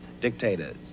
dictators